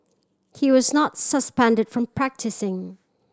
he was not suspended from practising